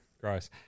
gross